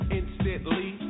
instantly